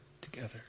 together